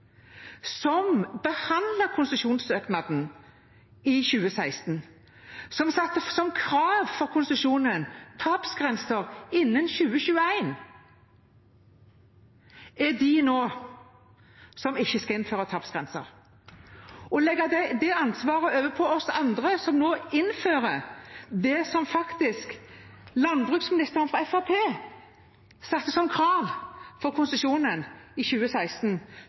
satte tapsgrenser innen 2021som krav for konsesjonen, er de som nå ikke skal innføre tapsgrenser. Å legge det ansvaret over på oss andre, som nå innfører det landbruksministeren fra Fremskrittspartiet faktisk satte som krav for konsesjonen i 2016,